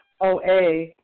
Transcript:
OA